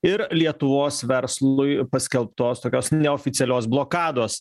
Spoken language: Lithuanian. ir lietuvos verslui paskelbtos tokios neoficialios blokados